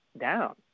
down